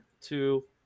two